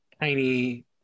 tiny